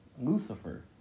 Lucifer